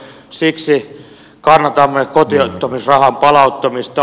siksi kannatamme kotiuttamisrahan palauttamista